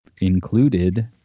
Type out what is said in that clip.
included